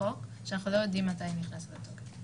חוק שאנו לא יודעים מתי נכנס לתוקף.